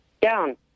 down